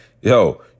yo